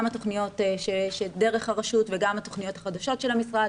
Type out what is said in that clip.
גם התכניות שדרך הרשות וגם התכניות החדשות של המשרד